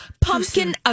pumpkin